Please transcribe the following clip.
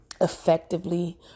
effectively